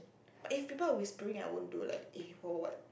but if people are whispering I won't do like eh what what what